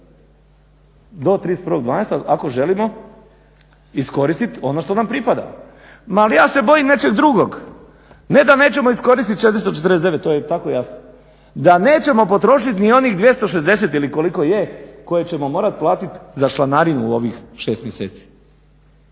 do 31.12.ako želimo iskoristiti ono što nam pripada. Ali ja se bojim nečeg drugog, ne da nećemo iskoristit 449, to je tako jasno, da nećemo potrošit ni onih 260 ili koliko je koje ćemo morat platit za članarinu u ovih 6 mjeseci.